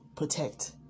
protect